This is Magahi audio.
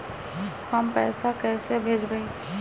हम पैसा कईसे भेजबई?